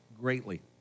greatly